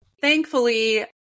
thankfully